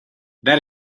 that